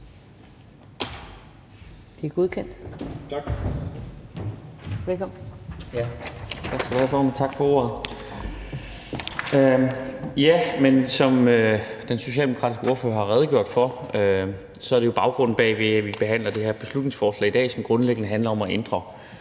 Karsten Lauritzen (V): Tak, skal du have, formand; tak for ordet. Den socialdemokratiske ordfører har redegjort for, hvad baggrunden er for, at vi behandler det her beslutningsforslag i dag, som grundlæggende handler om at ændre